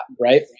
right